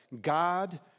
God